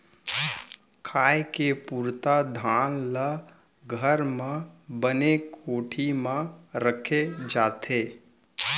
खाए के पुरता धान ल घर म बने कोठी म राखे जाथे